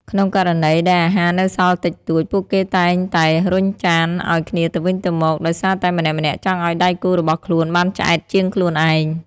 ក្នុងករណីដែលអាហារនៅសល់តិចតួច ពួកគេតែងតែរុញចានឱ្យគ្នាទៅវិញទៅមក ដោយសារតែម្នាក់ៗចង់ឱ្យដៃគូរបស់ខ្លួនបានឆ្អែតជាងខ្លួនឯង។